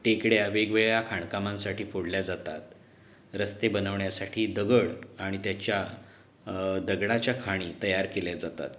टेकड्या वेगवेगळ्या खाणकामांसाठी फोडल्या जातात रस्ते बनवण्यासाठी दगड आणि त्याच्या दगडाच्या खाणी तयार केल्या जातात